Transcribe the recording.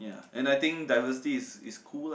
ya and I think diversity is is cool lah